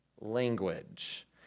language